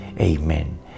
Amen